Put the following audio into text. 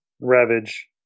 Ravage